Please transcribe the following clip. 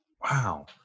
Wow